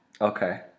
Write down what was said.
okay